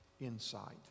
insight